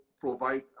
provide